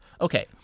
Okay